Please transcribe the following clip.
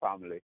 family